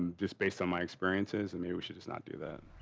just based on my experiences and maybe we should just not do that.